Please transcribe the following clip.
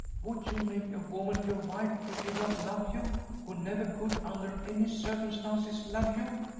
would you make a woman your wife who did not love you who never could, under any circumstances, love you?